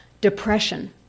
Depression